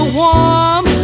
warm